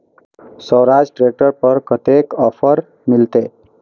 Swaraj tractor पर कतेक offer मिलते?